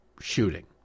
shooting